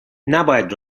نباید